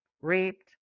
raped